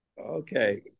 Okay